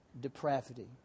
depravity